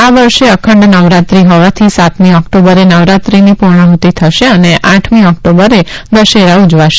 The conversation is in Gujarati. આ વર્ષે અખંડ નવરાત્રી હોવાથી સાતમી ઓક્ટોબરે નવરાત્રીની પૂર્ણાફતી થશે અને આઠમી ઓક્ટોબરે દશેરા ઉજવાશે